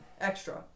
extra